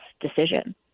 decision